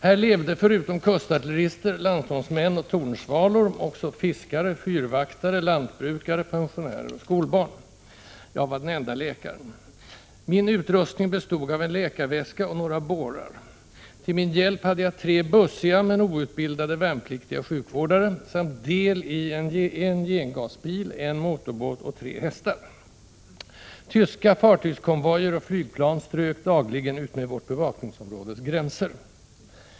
Här levde förutom kustartillerister, landstormsmän och tornsvalor också fiskare, fyrvaktare, lantbrukare, pensionärer och skolbarn. Jag var den ende läkaren. Min utrustning bestod av en läkarväska och några bårar. Till min hjälp hade jag tre bussiga men outbildade värnpliktiga sjukvårdare, samt del i en gengasbil, en motorbåt och tre hästar. Tyska fartygskonvojer och flygplan strök dagligen utmed vårt bevakningsområdes gränser.